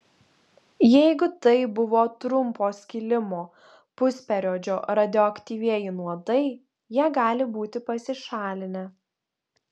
jeigu tai buvo trumpo skilimo pusperiodžio radioaktyvieji nuodai jie gali būti pasišalinę